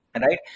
right